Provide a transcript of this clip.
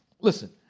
listen